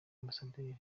ambasaderi